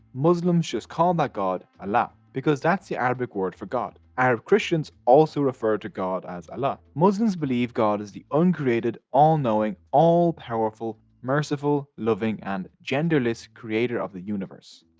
muslims just call that god, allah because that's the arabic word for god. arab christians also refer to god as allah. muslims believe god is the uncreated, all-knowing, all-powerful, merciful, loving, and genderless creator of the universe.